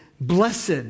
Blessed